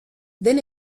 then